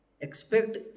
expect